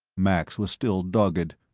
max was still dogged.